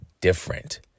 different